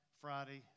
Friday